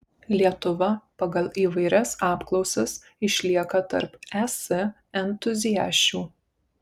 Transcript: lietuva pagal įvairias apklausas išlieka tarp es entuziasčių